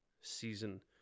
season